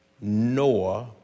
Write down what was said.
Noah